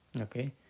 Okay